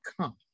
come